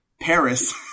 Paris